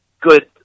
good